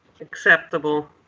acceptable